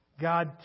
God